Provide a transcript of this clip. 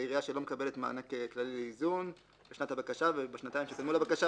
עירייה שלא מקבלת מענק כללי לאיזון בשנת הבקשה ובשנתיים שקדמו לבקשה,